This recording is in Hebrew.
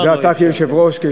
התקנות לא אפשרו.